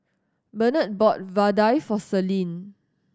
Bernard bought vadai for Celine